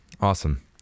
Awesome